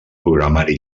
programari